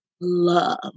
love